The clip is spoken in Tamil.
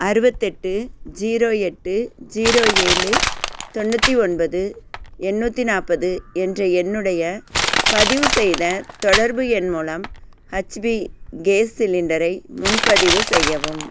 அறுபத்தெட்டு ஜீரோ எட்டு ஜீரோ ஏழு தொண்ணூற்றி ஒன்பது எண்ணூற்றி நாற்பது என்ற என்னுடைய பதிவுசெய்த தொடர்பு எண் மூலம் ஹெச்பி கேஸ் சிலிண்டரை முன்பதிவு செய்யவும்